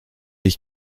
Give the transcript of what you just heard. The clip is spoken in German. ich